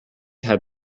had